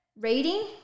reading